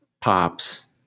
pops